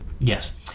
Yes